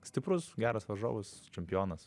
stiprus geras varžovas čempionas